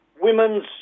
women's